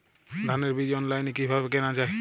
ধানের বীজ অনলাইনে কিভাবে কেনা যায়?